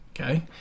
okay